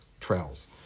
trails